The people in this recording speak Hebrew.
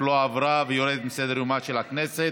והיא יורדת מסדר-יומה של הכנסת.